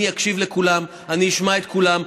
אני אקשיב לכולם, אני אשמע את כולם.